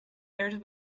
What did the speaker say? air